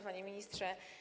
Panie Ministrze!